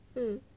mm